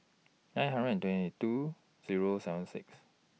nine hundred and twenty two Zero seven six